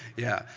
yeah.